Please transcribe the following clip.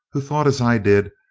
who thought, as i did,